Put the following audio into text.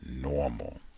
normal